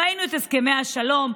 ראינו את הסכמי השלום,